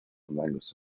ymddangos